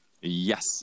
Yes